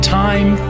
time